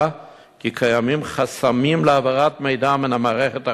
שקיימים חסמים להעברת מידע מן המערכת החוצה,